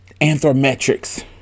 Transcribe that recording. anthrometrics